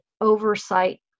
oversight